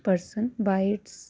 person by its